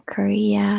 Korea